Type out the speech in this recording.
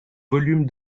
volume